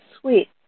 sweet